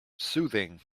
soothing